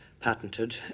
Patented